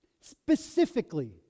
specifically